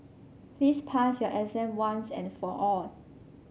please pass your exam once and for all